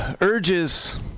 urges